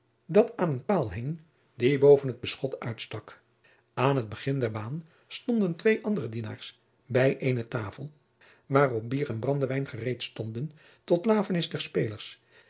dat aan een paal hing die boven het beschot uitstak aan het begin der baan stonden twee andere dienaars bij eene tafel waarop bier en brandewijn gereed stonden tot lafenis der spelers